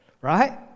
Right